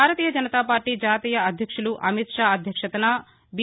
భారతీయ జనతాపార్టీ జాతీయ అధ్యక్షులు అమిత్షా అధ్యక్షతన బి